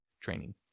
training